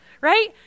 right